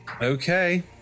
okay